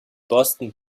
boston